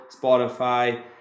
Spotify